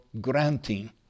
granting